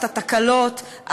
התקלות,